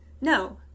No